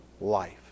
Life